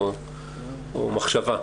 אני רוצה לשאול שאלה או מחשבה.